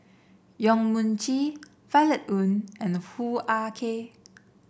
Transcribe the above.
Yong Mun Chee Violet Oon and Hoo Ah Kay